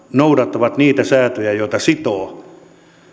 noudattaa niitä sääntöjä ja sitä sitovat